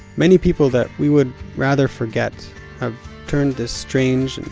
many people that we would rather forget have turned this strange,